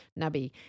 nubby